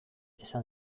esan